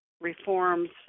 reforms